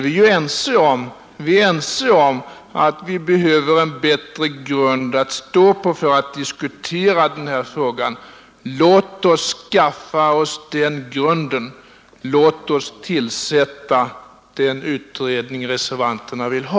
Vi är ju ense om att vi behöver en bättre grund att stå på för att diskutera. Låt oss skaffa oss den grunden, låt oss tillsätta den utredning reservanterna vill ha!